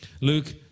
Luke